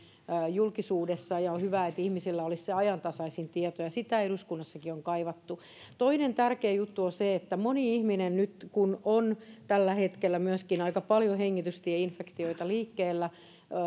julkisuudessa ja on hyvä että ihmisillä olisi se ajantasaisin tieto ja sitä eduskunnassakin on kaivattu toinen tärkeä juttu on se että moni ihminen nyt kun tällä hetkellä on aika paljon myöskin hengitystieinfektioita liikkeellä